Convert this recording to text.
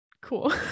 Cool